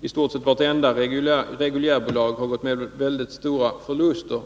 i stort sett vartenda reguljärbolag har gått med stora förluster.